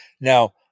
Now